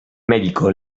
medico